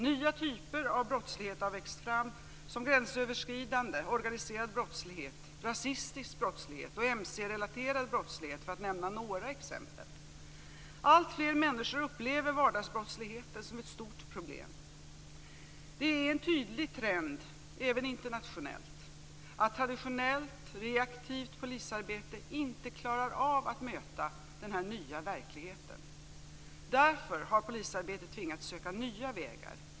Nya typer av brottslighet har vuxit fram, som gränsöverskridande organiserad brottslighet, rasistisk brottslighet och mc-relaterad brottslighet, för att nämna några exempel. Alltfler människor upplever vardagsbrottsligheten som ett stort problem. Det är en tydlig trend även internationellt att traditionellt reaktivt polisarbete inte klarar av att möta denna nya verklighet. Därför har polisarbetet tvingats söka nya vägar.